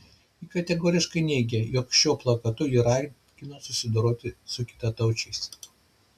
ji kategoriškai neigė jog šiuo plakatu ji ragino susidoroti su kitataučiais